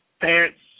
parents